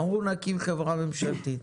אמרו, נקים חברה ממשלתית.